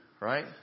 right